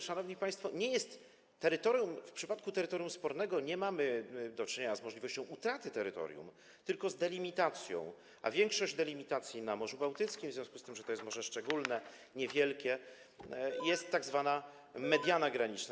Szanowni państwo, w przypadku terytorium spornego nie mamy do czynienia z możliwością utraty terytorium, tylko z delimitacją, a większość delimitacji na Morzu Bałtyckim, w związku z tym, że to jest morze szczególne, niewielkie, to jest tzw. mediana graniczna.